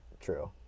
true